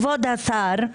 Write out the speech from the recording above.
כבוד השר,